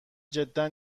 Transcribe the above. جدا